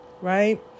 right